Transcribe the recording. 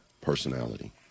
personality